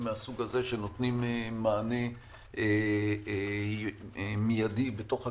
מהסוג הזה שנותנים מענה מיידי בתוך הקהילה,